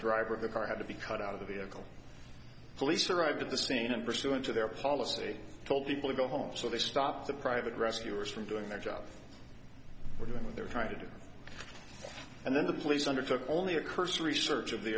driver of the car had to be cut out of the vehicle police arrived at the scene and pursuant to their policy told people to go home so they stopped the private rescuers from doing their job were doing what they're trying to do and then the police undertook only a cursory search of the